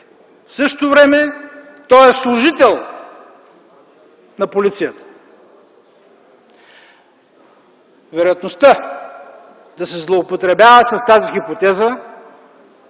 В същото време той е служител на полицията. Вероятността да се злоупотребява с тази хипотеза